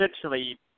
Essentially